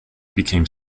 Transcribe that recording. became